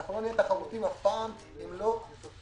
אנחנו לא נהיה תחרותיים אף פעם אם לא נרים